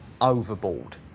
overboard